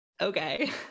Okay